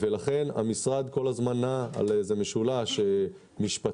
לכן המשרד כל הזמן נע על משולש משפטי-כלכלי-הנדסי,